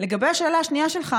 לגבי השאלה השנייה שלך,